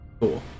Cool